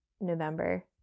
November